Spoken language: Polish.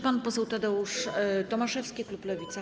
Pan poseł Tadeusz Tomaszewski, klub Lewica.